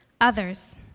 Others